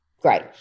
Great